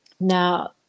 now